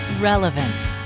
Relevant